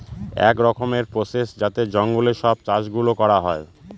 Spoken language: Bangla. এক রকমের প্রসেস যাতে জঙ্গলে সব চাষ গুলো করা হয়